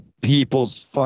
people's